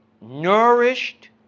nourished